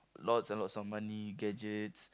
lots and lots of money gadgets